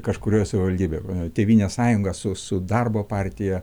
kažkurioje savivaldybėje tėvynės sąjunga su darbo partija